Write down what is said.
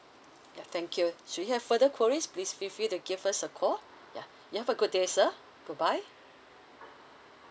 ya thank you should you have further queries please feel free to give us a call ya you have a good day sir goodbye